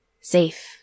Safe